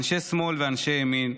אנשי שמאל ואנשי ימין,